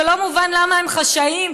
שלא מובן למה הם חשאיים,